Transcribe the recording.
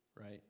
right